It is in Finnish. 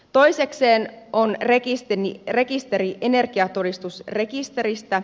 toisekseen on rekisteri energiatodistusrekisteristä